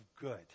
good